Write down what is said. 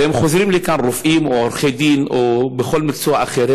וחוזרים לכאן רופאים או עורכי דין או כל מקצוע אחר.